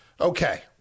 Okay